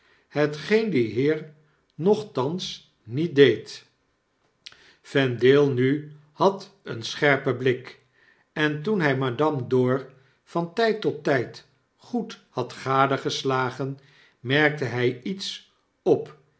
hetgeen die heer nochtans niet deed vendale nu had een scherpen blik en toen hij madame dor van tyd tot tyd goed had gadegeslagen merkte hy iets op